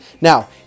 Now